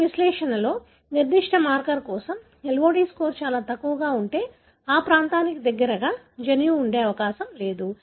మీ విశ్లేషణలో నిర్దిష్ట మార్కర్ కోసం LOD స్కోర్ చాలా తక్కువగా ఉంటే ఆ ప్రాంతానికి దగ్గరగా జన్యువు ఉండే అవకాశం లేదు